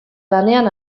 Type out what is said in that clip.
lanean